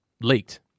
leaked